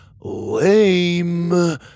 Lame